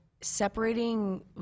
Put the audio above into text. separating